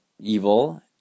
evil